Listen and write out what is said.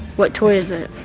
what toy